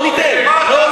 לא ניתן.